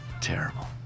Terrible